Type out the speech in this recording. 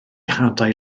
hadau